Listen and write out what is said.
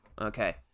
Okay